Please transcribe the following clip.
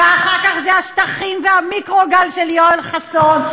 ואחר כך זה השטחים והמיקרוגל של יואל חסון,